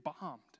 bombed